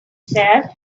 said